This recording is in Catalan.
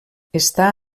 està